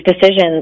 decisions